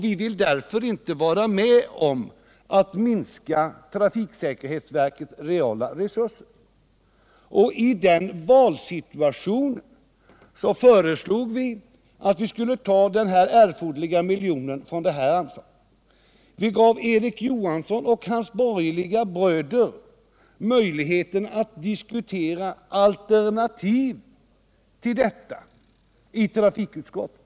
Vi vill därför inte vara med om att minska trafiksäkerhetsverkets reala resurser. I den valsituationen föreslog vi att man skulle ta den erforderliga miljonen från detta anslag. Vi gav Erik Johansson och hans borgerliga bröder möjligheten att diskutera alternativ till detta i trafikutskottet.